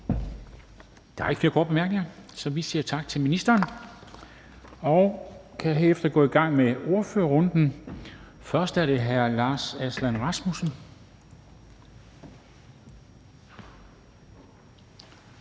Der er ikke flere korte bemærkninger, så vi siger tak til ministeren, og vi kan herefter gå i gang med ordførerrunden. Først er det hr. Lars Aslan Rasmussen,